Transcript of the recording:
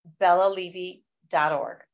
bellalevy.org